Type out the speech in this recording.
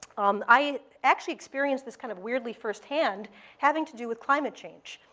um i actually experienced this kind of weirdly firsthand having to do with climate change.